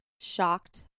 shocked